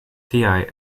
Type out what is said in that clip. tiaj